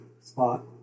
spot